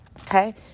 Okay